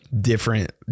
different